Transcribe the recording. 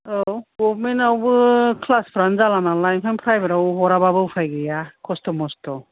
औ गभमेन्टआवबो क्लासफ्रानो जाला नालाय ओंखायनो फ्रायभेताव हराबाबो उफाय गैया खष्ट' मस्ट'